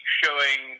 showing